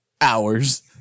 hours